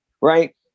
right